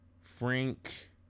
Frank